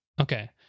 Okay